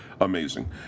amazing